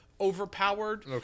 overpowered